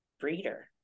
breeder